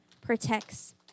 protects